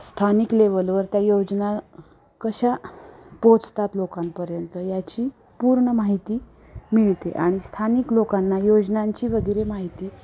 स्थानिक लेवलवर त्या योजना कशा पोचतात लोकांपर्यंत याची पूर्ण माहिती मिळते आणि स्थानिक लोकांना योजनांची वगैरे माहिती